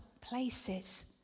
places